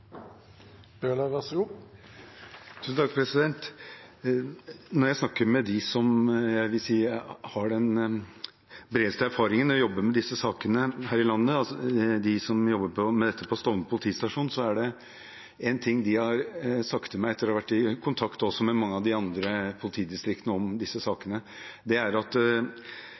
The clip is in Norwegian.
Når jeg snakker med dem som jeg vil si har den bredeste erfaringen med å jobbe med disse sakene her i landet, altså de som jobber med dette på Stovner politistasjon, er det én ting de har sagt til meg etter å ha vært i kontakt med mange av de andre politidistriktene om disse sakene. Det er at